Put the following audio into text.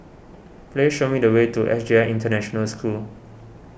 please show me the way to S J I International School